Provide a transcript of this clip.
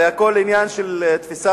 הרי הכול עניין של תפיסת,